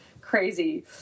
crazy